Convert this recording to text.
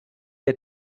der